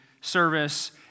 service